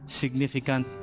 significant